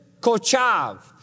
kochav